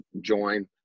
join